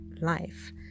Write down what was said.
life